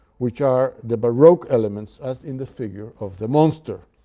which are the baroque elements as in the figure of the monster.